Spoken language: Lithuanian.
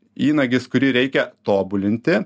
įnagis kurį reikia tobulinti